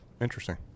Interesting